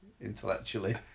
intellectually